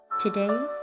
Today